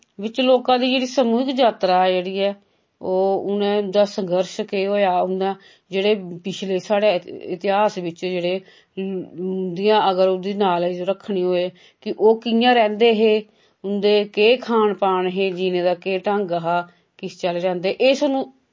विच लोकां दी जेह्ड़ी सामूहिक जात्तरा जेह्ड़ी ऐ ओह् उनै उंदा संगर्श केह् होया उनैं जेह्ड़े पिछले साढ़े इतिहास विच जेह्ड़े उंदियां अगर उंदी नालेज रक्खनी होऐ कि ओह् कियां रैंह्दे हे उंदे केह् खान पान हे जीने दा केह् ढंग हा किस चाल्ली रैंह्दे हे एह् साह्नू